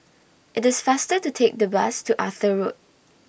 IT IS faster to Take The Bus to Arthur Road